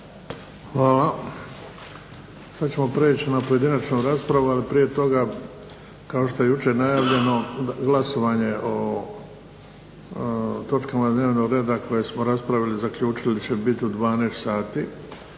Hvala. Sad ćemo preći na pojedinačnu raspravu, ali prije toga kao što je jučer najavljeno glasovanje o točkama dnevnog reda koje smo raspravili i zaključili će biti u 12 sati,